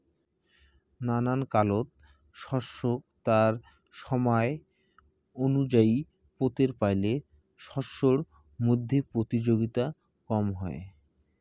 নানান কালত শস্যক তার সমায় অনুযায়ী পোতের পাইলে শস্যর মইধ্যে প্রতিযোগিতা কম হয়